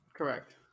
correct